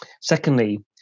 Secondly